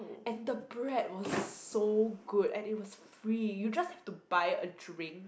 and the bread was so good and it was free you just have to buy a drink